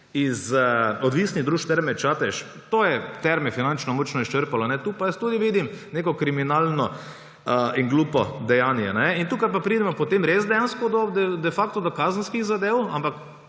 iz odvisnih družb Terme Čatež, to je Terme finančno močno izčrpalo. Tu pa jaz tudi vidim neko kriminalno in glupo dejanje in tukaj pa pridemo potem res dejansko de facto do kazenskih zadev, ampak